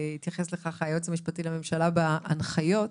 התייחס לכך היועץ המשפטי לממשלה בהנחיות,